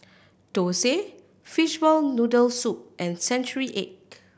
thosai fishball noodle soup and century egg